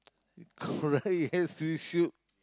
correct yes you should